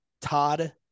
Todd